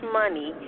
money